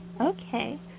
Okay